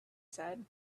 said